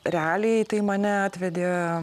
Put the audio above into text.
realiai tai mane atvedė